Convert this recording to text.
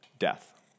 Death